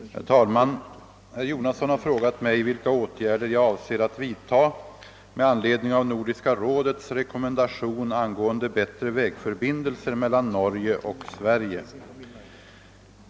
Herr talman! Herr Jonasson har frågat mig vilka åtgärder jag avser att vidta med anledning av Nordiska rådets rekommendation angående bättre vägförbindelser mellan Norge och Sverige.